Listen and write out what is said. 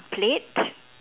plate